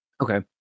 Okay